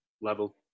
level